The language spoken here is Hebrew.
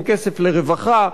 אין כסף לרווחה,